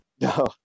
No